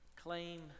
claim